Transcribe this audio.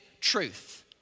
Truth